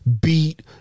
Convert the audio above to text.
beat